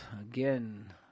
again